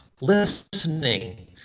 listening